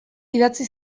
idatzi